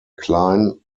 klein